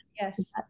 Yes